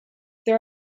there